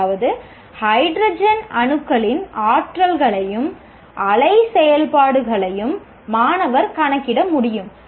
அதாவது ஹைட்ரஜன் அணுக்களின் ஆற்றல்களையும் அலை செயல்பாடுகளையும் மாணவர் கணக்கிட முடியும்